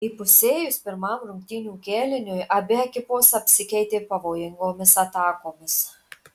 įpusėjus pirmam rungtynių kėliniui abi ekipos apsikeitė pavojingomis atakomis